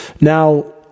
now